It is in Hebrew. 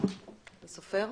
מי בעד?